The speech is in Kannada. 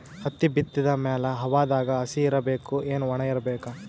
ಹತ್ತಿ ಬಿತ್ತದ ಮ್ಯಾಲ ಹವಾದಾಗ ಹಸಿ ಇರಬೇಕಾ, ಏನ್ ಒಣಇರಬೇಕ?